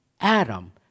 Adam